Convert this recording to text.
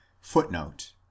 Footnote